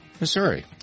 Missouri